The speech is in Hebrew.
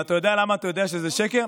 אתה יודע למה אתה יודע שזה שקר?